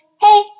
Hey